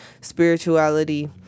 spirituality